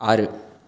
ஆறு